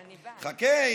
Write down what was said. חכה.